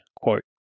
quote